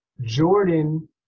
Jordan